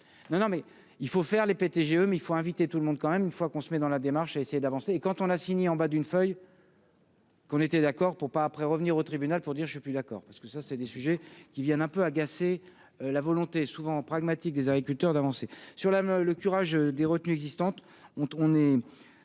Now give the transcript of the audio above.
non, non, mais il faut faire les PDG GE mais il faut inviter tout le monde quand même une fois qu'on se met dans la démarche et essayer d'avancer, et quand on a signé en bas d'une feuille. Qu'on était d'accord pour pas après, revenir au tribunal pour dire je suis plus d'accord, parce que ça c'est des sujets qui viennent un peu agacé la volonté souvent pragmatique des agriculteurs d'avancer sur la le curage des retenues existantes, on est